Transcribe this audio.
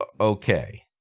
okay